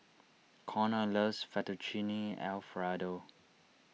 Connor loves Fettuccine Alfredo